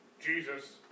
Jesus